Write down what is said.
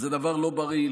זה דבר לא בריא,